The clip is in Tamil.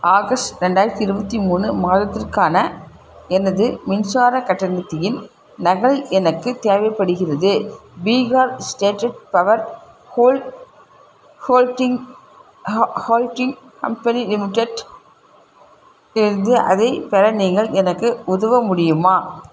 ஆகஸ்ட் ரெண்டாயிரத்தி இருபத்தி மூணு மாதத்திற்கான எனது மின்சாரக் கட்டணத்தின் நகல் எனக்கு தேவைப்படுகிறது பீகார் ஸ்டேடட் பவர் ஹோல் ஹோல்டிங் ஹோல் ஹோல்டிங் கம்பெனி லிமிடெட்லிருந்து அதைப் பெற நீங்கள் எனக்கு உதவ முடியுமா